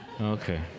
okay